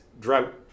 drought